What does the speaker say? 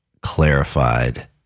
clarified